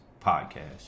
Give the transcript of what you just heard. Podcast